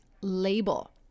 Label